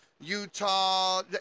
Utah